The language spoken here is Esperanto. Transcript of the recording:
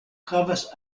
havas